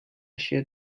się